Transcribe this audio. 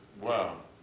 Wow